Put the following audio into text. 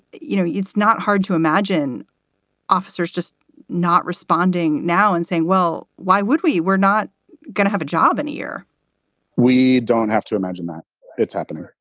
you know, it's not hard to imagine officers just not responding now and saying, well, why would we we're not going to have a job in a year we don't have to imagine that it's happening